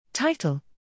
Title